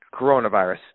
coronavirus